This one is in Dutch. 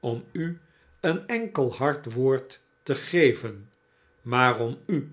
om u een r enkel hard woord te geven maar om u